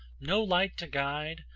no light to guide,